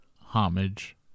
homage